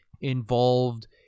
involved